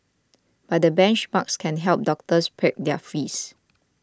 but the benchmarks can help doctors peg their fees